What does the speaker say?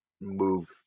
move